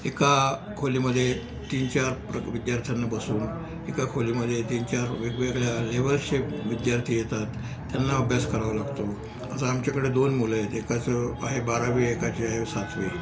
एका खोलीमध्ये तीन चार प्रक विद्यार्थ्यांना बसून एका खोलीमध्ये तीनचार वेगवेगळ्या लेव्हल्सचे विद्यार्थी येतात त्यांना अभ्यास करावा लागतो आता आमच्याकडे दोन मुलं आहेत एकाचं आहे बारावी एकाची आहे सातवी